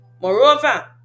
moreover